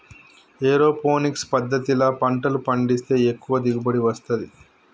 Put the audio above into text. aeroponics పద్దతిల పంటలు పండిస్తే ఎక్కువ దిగుబడి వస్తది